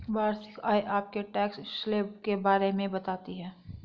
वार्षिक आय आपके टैक्स स्लैब के बारे में भी बताती है